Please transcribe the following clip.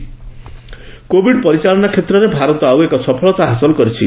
Covid status covid ପରିଚାଳନା କ୍ଷେତ୍ରରେ ଭାରତ ଆଉ ଏକ ସଫଳତା ହାସଲ କରିଛି